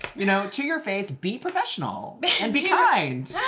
you know to your face, be professional and be kind!